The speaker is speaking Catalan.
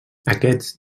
aquests